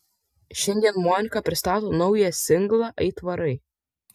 šiandien monika pristato naują singlą aitvarai